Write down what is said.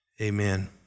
Amen